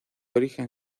origen